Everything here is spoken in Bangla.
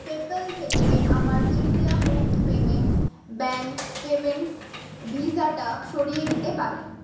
পেপ্যাল থেকে আমার India post payments bank payments ভিসাটা সরিয়ে দিতে পারেন